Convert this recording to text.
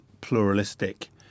pluralistic